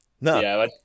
No